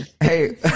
Hey